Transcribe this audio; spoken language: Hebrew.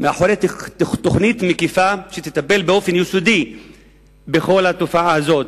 מאחורי תוכנית מקיפה שתטפל באופן יסודי בכל התופעה הזאת.